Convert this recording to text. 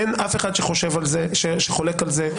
אין אף אחד שחולק על זה,